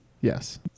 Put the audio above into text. Yes